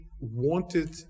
wanted